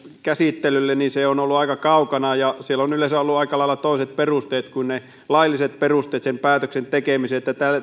käsittelylle on ollut aika kaukana ja siellä on yleensä ollut aika lailla toiset perusteet kuin ne lailliset perusteet sen päätöksen tekemiseen